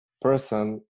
person